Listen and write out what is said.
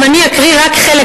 אם אני אקרא רק חלק,